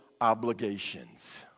obligations